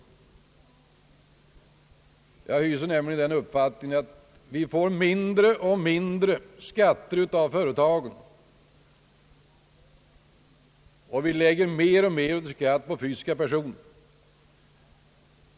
Vi får nämligen in mindre och mindre skattepengar från företagen och lägger mer och mer av skatten på fysiska personer.